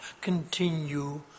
continue